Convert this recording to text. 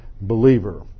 believer